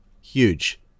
huge